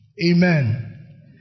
Amen